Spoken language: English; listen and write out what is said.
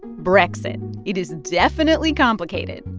brexit it is definitely complicated.